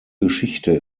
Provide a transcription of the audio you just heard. geschichte